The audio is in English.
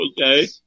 Okay